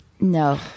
No